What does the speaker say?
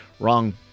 wrong